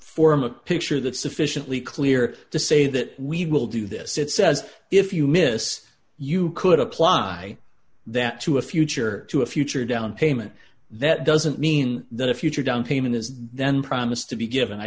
form a picture that sufficiently clear to say that we will do this it says if you miss you could apply that to a future to a future down payment that doesn't mean that a future down payment is then promised to be given i